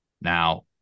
Now